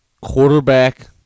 quarterback